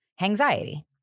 Anxiety